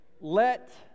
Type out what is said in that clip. let